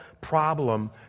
problem